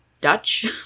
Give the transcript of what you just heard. Dutch